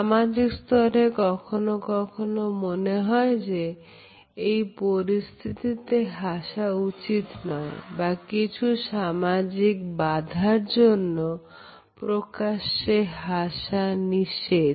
সামাজিক স্তরে কখনো কখনো মনে হয় যে এই পরিস্থিতিতে হাসা উচিত নয় বা কিছু সামাজিক বাঁধার জন্য প্রকাশ্যে হাসা নিষেধ